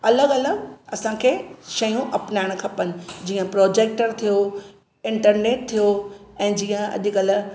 अलॻि अलॻि असांखे शयूं अपनाइणु खपनि जीअं प्रोजेक्टर थियो इंटरनेट थियो ऐं जीअं अॼुकल्ह